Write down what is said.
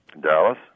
Dallas